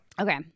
okay